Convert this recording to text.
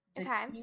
okay